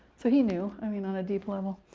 so he knew, i mean on a deep level.